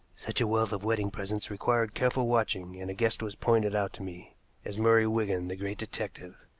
such a wealth of wedding presents required careful watching, and a guest was pointed out to me as murray wigan, the great detective.